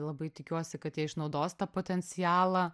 labai tikiuosi kad jie išnaudos tą potencialą